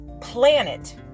planet